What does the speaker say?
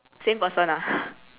same person ah